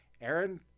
Aaron